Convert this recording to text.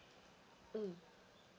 mm